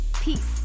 peace